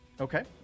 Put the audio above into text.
Okay